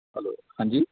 hello ਹਾਂਜੀ